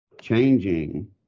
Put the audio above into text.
changing